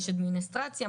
אנשי אדמיניסטרציה,